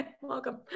welcome